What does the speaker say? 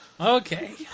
Okay